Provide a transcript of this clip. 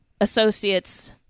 associates